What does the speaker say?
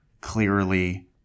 clearly